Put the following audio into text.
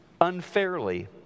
unfairly